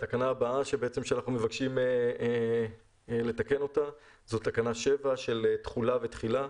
" התקנה הבאה שאנחנו מבקשים לתקן זו תקנה 7 של תחולה ותחילה.